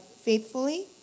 faithfully